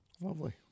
Lovely